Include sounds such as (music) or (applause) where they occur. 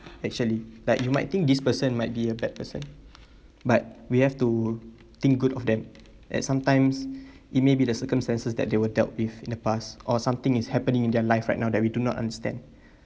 actually like you might think this person might be a bad person but we have to think good of them at sometimes (breath) it may be the circumstances that they were dealt with in the past or something is happening in their life right now that we do not understand